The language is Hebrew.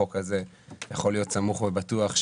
החוק הזה יכול להיות סמוך ובטוח,